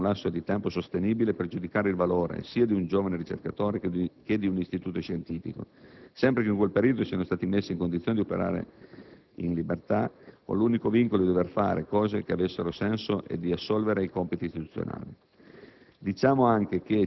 dieci anni può essere un lasso di tempo sostenibile per giudicare il valore sia di un giovane ricercatore che di un istituto scientifico, sempre che in quel periodo siano stati messi in condizioni di operare in libertà, con l'unico vincolo di dovere fare cose che avessero senso e di assolvere ai compiti istituzionali.